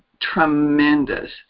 tremendous